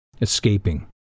escaping